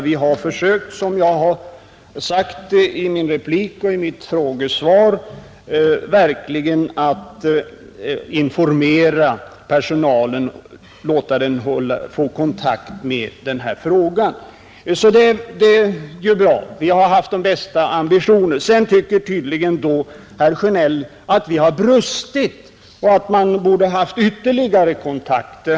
Vi har, som jag har sagt i mitt interpellationssvar och i min replik, verkligen försökt informera personalen och låta den få kontakt med denna fråga. Men herr Sjönell tycker tydligen att vi har brustit häruti och att man borde ha haft ytterligare kontakter.